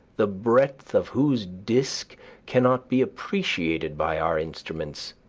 the breadth of whose disk cannot be appreciated by our instruments?